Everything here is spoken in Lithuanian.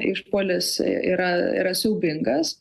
išpuolis yra yra siaubingas